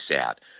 out